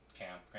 camp